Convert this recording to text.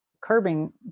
curbing